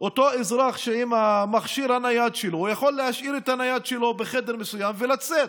אותו אזרח יכול להשאיר את הנייד שלו בחדר מסוים ולצאת,